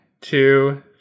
two